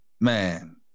man